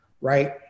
right